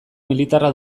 militarra